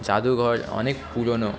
জাদুঘর অনেক পুরনো